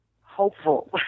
Hopeful